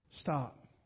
Stop